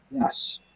Yes